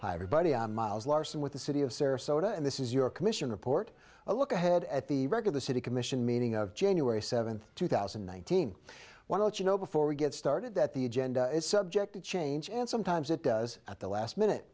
hi everybody i'm miles larsen with the city of sarasota and this is your commission report a look ahead at the record the city commission meeting of january seventh two thousand and nineteen why don't you know before we get started that the agenda is subject to change and sometimes it does at the last minute